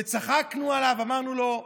וצחקנו עליו ואמרנו לו: